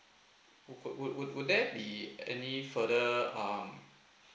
would would would there be any further um